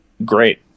great